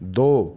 دو